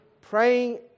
Praying